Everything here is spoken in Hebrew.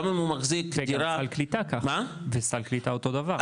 גם סל קליטה אותו דבר.